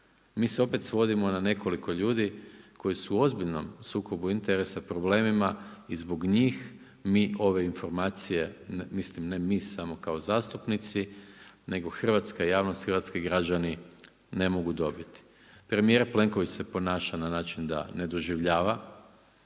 mi se opet svodimo na nekoliko ljudi koji su u ozbiljnom sukobu interesa, problemima i zbog njih mi ove informacije, mislim ne mi samo kao zastupnici, nego hrvatska javnost, hrvatski građani ne mogu dobiti. Premijer Plenković se ponaša na način da ne doživljava